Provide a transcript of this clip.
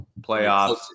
playoffs